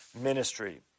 ministry